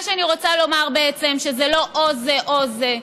מה שאני רוצה לומר בעצם שזה לא או זה או זה,